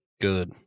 Good